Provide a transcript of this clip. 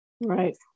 Right